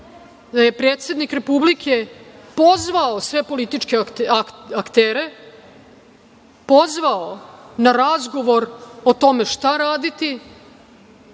da je predsednik Republike pozvao sve političke aktere, pozvao na razgovor o tome šta raditi,